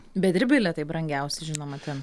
bendri bilietai brangiausi žinoma ten